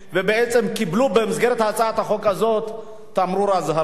ובעצם הם קיבלו במסגרת הצעת החוק הזאת תמרור אזהרה.